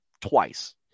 twice